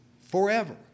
forever